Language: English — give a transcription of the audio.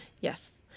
yes